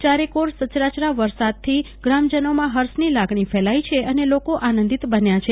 ચારે કોર સચ રાચર વરસાદથી ગ્રામજનોમાં હર્ષની લાગણી ફેલાઈ છે અને લોકો આનંદીત બન્યા છે